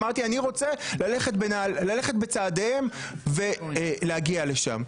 אמרתי שאני רוצה ללכת בצעדיהם ולהגיע לשם.